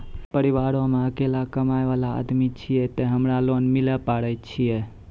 परिवारों मे अकेलो कमाई वाला आदमी छियै ते हमरा लोन मिले पारे छियै?